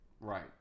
Right